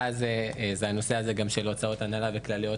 זה הנושא של הוצאות הנהלה וכלליות,